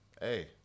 hey